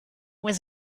was